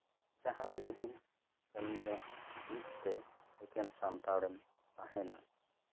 ᱡᱟᱦᱟᱸᱨᱮ ᱡᱩᱫᱤᱢ ᱠᱟᱹᱢᱤᱭᱟ ᱢᱤᱫᱛᱮ ᱮᱠᱮᱱ ᱥᱟᱱᱛᱟᱲᱮᱢ ᱛᱟᱦᱮᱱᱟ